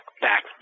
back